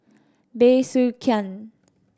Bey Soo Khiang